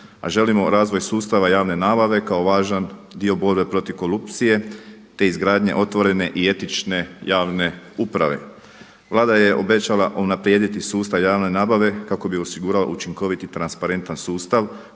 A želimo razvoj sustava javne nabave kao važan dio borbe protiv korupcije te izgradnje otvorene i etične javne uprave. Vlada je obećala unaprijediti sustav javne nabave kako bi osigurala učinkoviti transparentan sustav